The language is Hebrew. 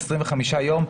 25 יום,